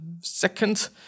second